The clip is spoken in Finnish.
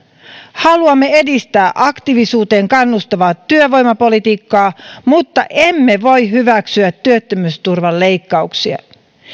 haluamme edistää aktiivisuuteen kannustavaa työvoimapolitiikkaa mutta emme voi hyväksyä työttömyysturvan leikkauksia